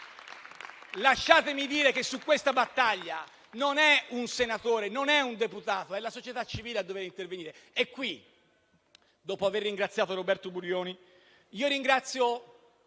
Lasciatemi dire che su questa battaglia non è un senatore, non è un deputato, è la società civile a dover intervenire e qui, dopo aver ringraziato Roberto Burioni, ringrazio